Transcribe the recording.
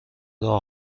راه